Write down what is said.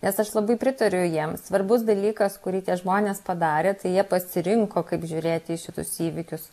nes aš labai pritariu jiems svarbus dalykas kurį tie žmonės padarė tai jie pasirinko kaip žiūrėti į šitus įvykius